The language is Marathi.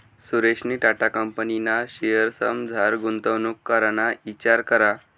सुरेशनी टाटा कंपनीना शेअर्समझार गुंतवणूक कराना इचार करा